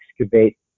excavate